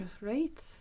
right